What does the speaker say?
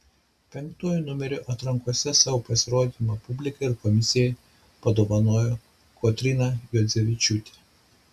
penktuoju numeriu atrankose savo pasirodymą publikai ir komisijai padovanojo kotryna juodzevičiūtė